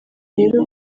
rero